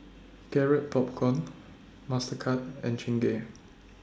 Garrett Popcorn Mastercard and Chingay